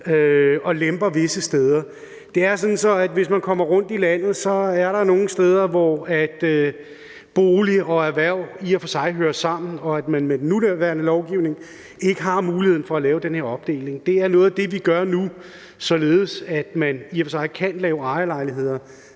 og lemper visse steder. Det er sådan, at hvis man kommer rundt i landet, er der nogle steder, hvor bolig og erhverv i og for sig hører sammen, og at man med den nuværende lovgivning ikke har muligheden for at lave den her opdeling. Det er noget af det, vi gør nu, således at man kan lave ejerlejligheder,